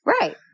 Right